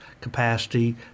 capacity